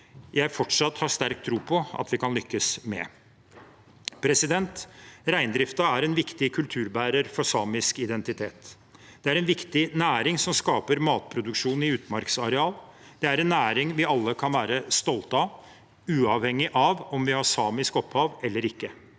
jeg fortsatt har sterk tro på at vi kan lykkes med. Reindriften er en viktig kulturbærer for samisk identitet. Det er en viktig næring som skaper matproduksjon i utmarksarealer. Det er en næring vi alle kan være stolte av, uavhengig av om vi har samisk opphav eller ikke.